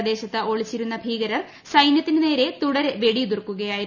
പ്രദേശത്ത് ഒളിച്ചിരുന്ന ഭീകരർ സ്റ്റൈയത്തിന് നേരെ തുടരെ വെടി ഉതിർക്കുകയായിരുന്നു